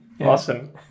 Awesome